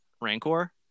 rancor